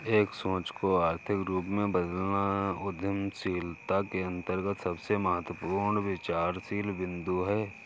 एक सोच को आर्थिक रूप में बदलना उद्यमशीलता के अंतर्गत सबसे महत्वपूर्ण विचारशील बिन्दु हैं